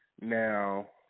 Now